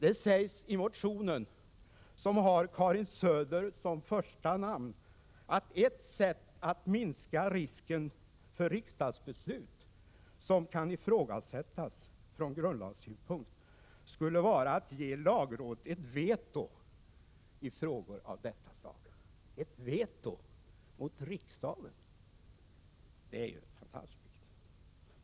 Det sägs i motionen, som har Karin Söder som första namn, att ett sätt att minska risken för riksdagsbeslut som kan i frågasättas från grundlagssynpunkt skulle vara att ge lagrådet ett veto i frågor av detta slag. Ett veto mot riksdagen — det är ju fantastiskt!